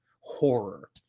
horror